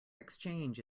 exchange